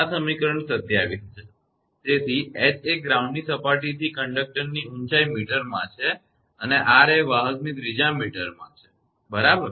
તેથી h એ ground સપાટીથી કંડક્ટરની ઊંચાઈ મીટરમાં છે અને r એ વાહકની ત્રિજ્યા મીટરમાં છે બરાબર